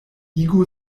igu